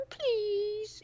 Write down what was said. please